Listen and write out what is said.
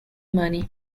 money